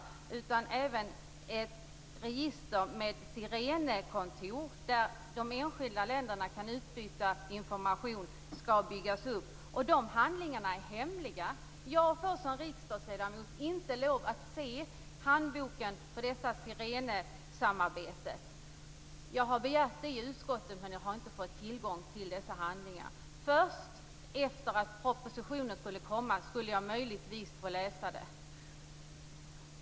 Det skall även byggas upp ett register i ett Sirenekontor, där de enskilda länderna kan utbyta information. Handlingarna där är hemliga. Jag får som riksdagsledamot inte lov att se handboken för detta Sirenesamarbete. Jag har begärt det i utskottet, men jag har inte fått tillgång till handlingarna. Först efter det att propositionen kom skulle jag möjligtvis få läsa dem.